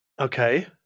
Okay